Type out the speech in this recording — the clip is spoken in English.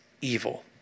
evil